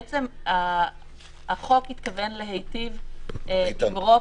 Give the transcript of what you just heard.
בעצם החוק התכוון להיטיב עם רוב